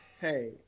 hey